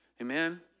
Amen